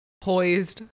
Poised